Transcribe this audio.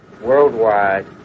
worldwide